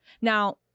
now